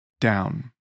down